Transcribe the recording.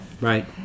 Right